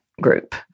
group